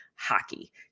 hockey